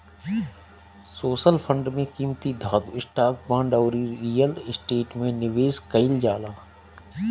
social fund में कीमती धातु, स्टॉक, बांड अउरी रियल स्टेट में निवेश कईल जाला